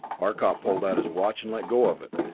arcot pulled out his watch and let go of it.